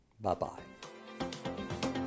Bye-bye